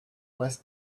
was